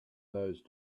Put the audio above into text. those